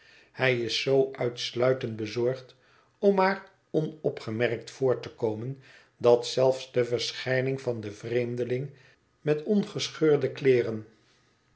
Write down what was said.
hij is zoo uitsluitend bezorgd om maar onopgemerkt voort te komen dat zelfs de verschijning van den vreemdeling met ongescheurde